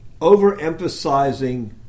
overemphasizing